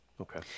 Okay